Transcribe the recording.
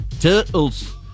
turtles